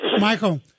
Michael